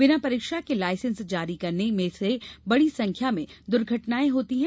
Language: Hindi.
बिना परीक्षा के लाइसेंस जारी करने से बड़ी संख्या् में दुर्घटनाए होती हैं